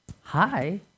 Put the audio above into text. Hi